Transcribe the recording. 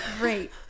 great